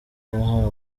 yahawe